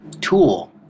Tool